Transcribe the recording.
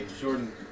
Jordan